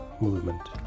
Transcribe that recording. movement